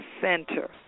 Center